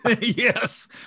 Yes